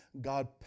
God